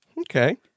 Okay